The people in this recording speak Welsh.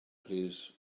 plîs